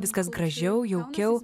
viskas gražiau jaukiau